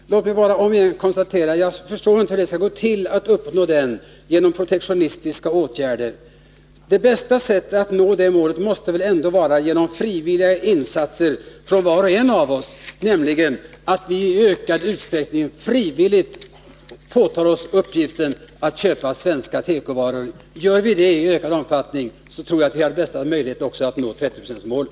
Låt mig om igen konstatera att jag inte förstår hur det skall gå till att uppnå den genom protektionistiska åtgärder. Det bästa sättet att nå det målet måste väl vara frivilliga insatser från var och en av oss, nämligen att vi i ökad utsträckning frivilligt påtar oss uppgiften att köpa svenska tekovaror. Gör vi det, tror jag att vi därmed har den bästa möjligheten att nå 30 procentsmålet.